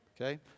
Okay